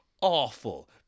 awful